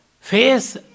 face